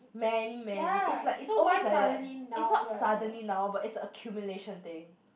many many it's like it's always like that it's not suddenly now but it's a accumulation thing